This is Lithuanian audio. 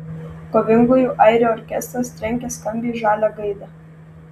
kovingųjų airių orkestras trenkia skambiai žalią gaidą